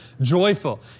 joyful